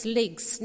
legs